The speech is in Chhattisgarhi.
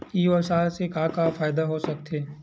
ई व्यवसाय से का का फ़ायदा हो सकत हे?